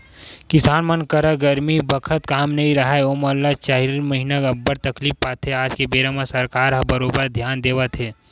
किसान मन करा गरमी बखत काम नइ राहय ओमन चारिन महिना अब्बड़ तकलीफ पाथे आज के बेरा म सरकार ह बरोबर धियान देवत हे